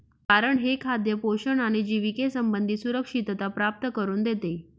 कारण हे खाद्य पोषण आणि जिविके संबंधी सुरक्षितता प्राप्त करून देते